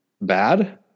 bad